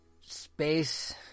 space